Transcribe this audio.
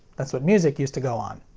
that's what music used to go on.